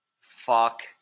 Fuck